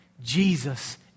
Jesus